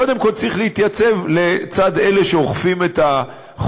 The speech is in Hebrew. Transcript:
קודם כול צריך להתייצב לצד אלה שאוכפים את החוק.